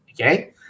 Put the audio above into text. Okay